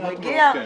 הוא מגיע ----- כן.